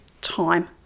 time